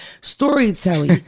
storytelling